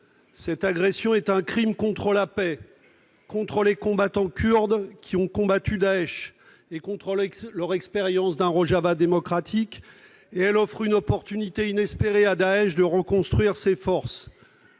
Cette agression est un crime contre la paix, contre les combattants kurdes qui se sont battus contre Daech et contre l'expérience d'un Rojava démocratique. Elle offre une opportunité inespérée à Daech de reconstruire ses forces.